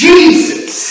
Jesus